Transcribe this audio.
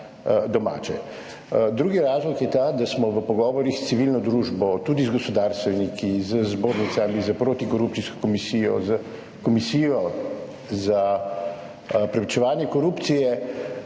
Drugi razlog je ta, da smo v pogovorih s civilno družbo, tudi z gospodarstveniki, z zbornicami, s protikorupcijsko komisijo, s Komisijo za preprečevanje korupcije